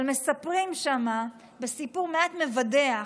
מספרים שם סיפור מעט מבדח,